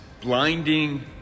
blinding